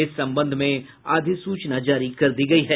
इस संबंध में अधिसूचना जारी कर दी गयी है